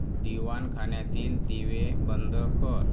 दिवाणखान्यातील दिवे बंद कर